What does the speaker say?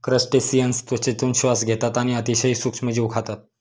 crustaceans त्वचेतून श्वास घेतात आणि अतिशय सूक्ष्म जीव खातात